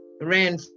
ran